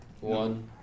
One